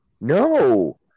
No